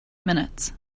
minutes